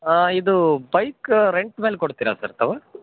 ಇದು bike rent ಮೇಲೆ ಕೊಡ್ತೀರಾ ಸರ್ ತಾವು